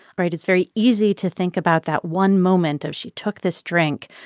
right, it's very easy to think about that one moment of she took this drink,